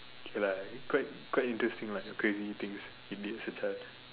okay lah quite quite interesting like craving things it needs to touch